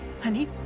Honey